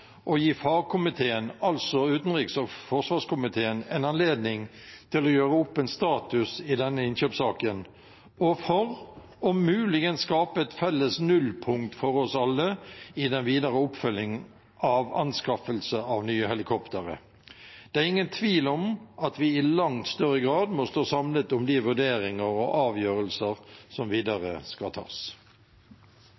gi fagkomiteen, altså utenriks- og forsvarskomiteen, anledning til å gjøre opp status i denne innkjøpssaken, og for om mulig å skape et felles nullpunkt for oss alle i den videre oppfølgingen av anskaffelse av nye helikoptre. Det er ingen tvil om at vi i langt større grad må stå samlet om de vurderinger og avgjørelser som